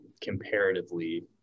comparatively